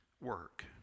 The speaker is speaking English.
work